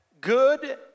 good